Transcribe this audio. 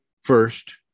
first